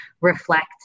reflect